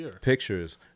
pictures